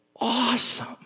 awesome